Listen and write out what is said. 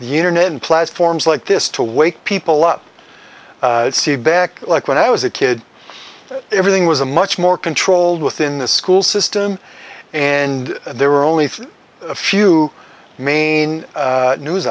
the internet and platforms like this to wake people up see back like when i was a kid everything was a much more controlled within the school system and there were only three few main news